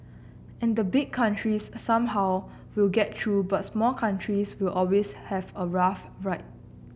and the big countries somehow will get through but small countries will always have a rough ride